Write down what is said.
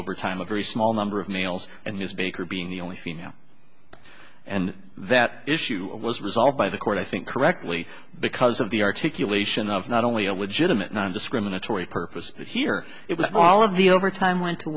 overtime a very small number of males and the speaker being the only female and that issue was resolved by the court i think correctly because of the articulation of not only a legitimate nondiscriminatory purpose but here it was all of the overtime went to